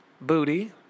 Booty